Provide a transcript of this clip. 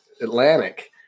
Atlantic